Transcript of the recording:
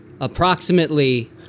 Approximately